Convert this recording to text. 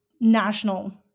national